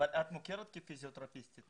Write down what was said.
את מוכרת כפיזיותרפיסטית.